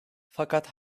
fakat